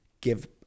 give